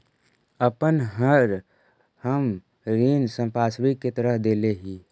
अपन घर हम ऋण संपार्श्विक के तरह देले ही